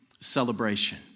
celebration